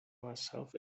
myself